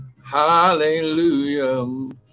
Hallelujah